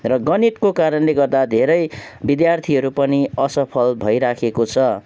र गणितको कारणले गर्दा धेरै विद्यार्थीहरू पनि असफल भइरहेको छ